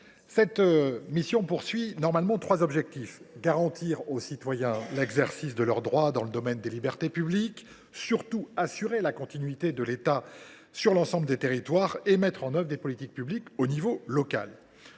Cette mission vise normalement trois objectifs : garantir aux citoyens l’exercice de leurs droits dans le domaine des libertés publiques, assurer la continuité de l’État sur l’ensemble du territoire et mettre en œuvre les politiques publiques à l’échelle locale.